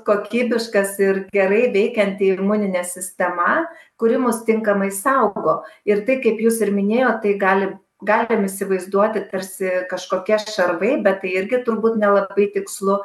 kokybiškas ir gerai veikianti imuninė sistema kuri mus tinkamai saugo ir tai kaip jūs ir minėjot tai gali galim įsivaizduoti tarsi kažkokie šarvai bet tai irgi turbūt nelabai tikslu